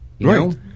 Right